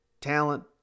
talent